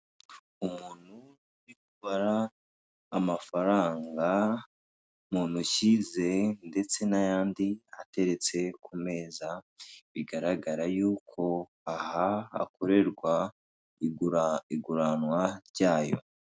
Umuntu uri kubara amafaranga mu ntoki ze, ndetse n'ayandi ateretse ku meza, bigaragara yuko aha hakorerwa iguranwa ryayo.